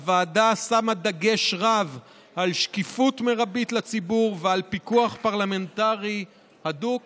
הוועדה שמה דגש רב על שקיפות מרבית לציבור ועל פיקוח פרלמנטרי הדוק